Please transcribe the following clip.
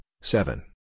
seven